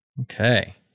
Okay